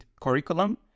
curriculum